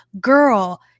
girl